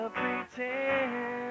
pretend